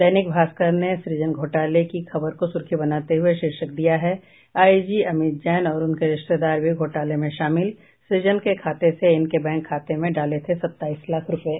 दैनिक भास्कर ने सुजन घोटाले की खबर को सुर्खी बनाते हुए शीर्षक दिया है आईजी अमित जैन और उनके रिश्तेदार भी घोटाले में शामिल सृजन के खाते से इनके बैंक खाते में डाले थे सत्ताईस लाख रूपये